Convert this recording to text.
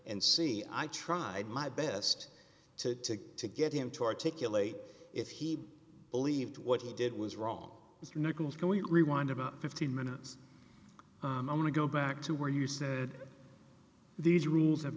and see i tried my best to to get him to articulate if he believed what he did was wrong and we rewind about fifteen minutes i'm going to go back to where you say these rules have